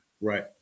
Right